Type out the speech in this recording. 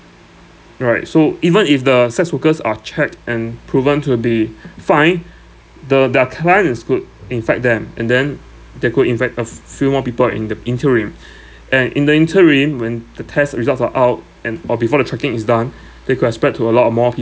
right so even if the sex workers are checked and proven to be fine the their client is could infect them and then they could infect a f~ few more people uh in the interim and in the interim when the test results are out and or before the tracking is done they could have spread to a lot of more